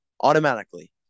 Automatically